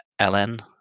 LN